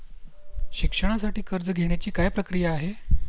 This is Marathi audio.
शिक्षणासाठी कर्ज घेण्याची काय प्रक्रिया आहे?